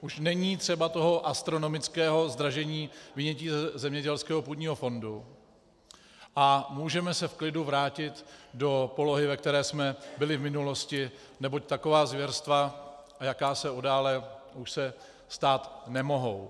Už není třeba toho astronomického zdražení vynětí ze zemědělského půdního fondu a můžeme se v klidu vrátit do polohy, ve které jsme byli v minulosti, neboť taková zvěrstva, jaká se udála, už se stát nemohou.